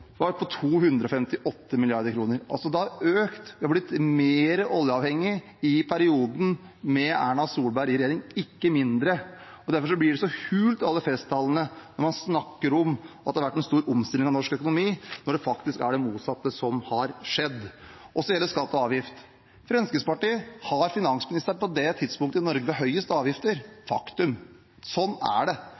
var på 258 mrd. kr. Det har altså økt, vi har blitt mer oljeavhengig i perioden med Erna Solberg i regjering, ikke mindre. Derfor blir det så hult med alle festtalene der man snakker om at det har vært en stor omstilling av norsk økonomi, når det faktisk er det motsatte som har skjedd. Så gjelder det skatt og avgift. Fremskrittspartiet har finansministeren på det tidspunktet i Norge vi har høyest avgifter – faktum. Sånn er det.